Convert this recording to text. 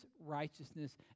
righteousness